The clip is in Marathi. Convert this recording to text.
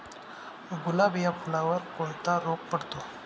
गुलाब या फुलावर कोणता रोग पडतो?